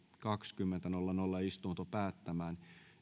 kaksikymmentä nolla nolla ja istunto päättämään